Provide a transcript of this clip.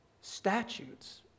statutes